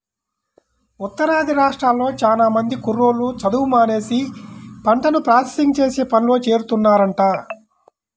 ఉత్తరాది రాష్ట్రాల్లో చానా మంది కుర్రోళ్ళు చదువు మానేసి పంటను ప్రాసెసింగ్ చేసే పనిలో చేరుతున్నారంట